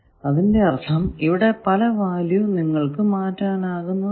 അതിന്റെ അർഥം ഇവിടെ പല വാല്യൂ നിങ്ങൾക്കു മാറ്റാനാകും എന്നാണ്